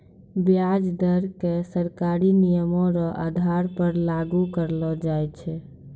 व्याज दर क सरकारी नियमो र आधार पर लागू करलो जाय छै